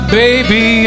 baby